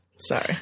Sorry